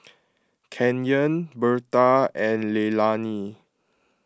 Kenyon Berta and Leilani